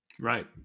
Right